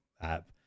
app